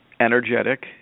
energetic